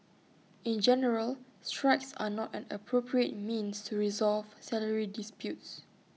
in general strikes are not an appropriate means to resolve salary disputes